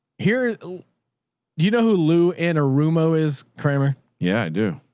here. do you know who lou and a rumo is kramer? yeah, i do.